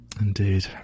indeed